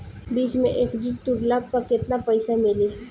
बीच मे एफ.डी तुड़ला पर केतना पईसा मिली?